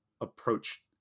approach